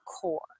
core